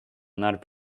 not